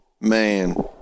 Man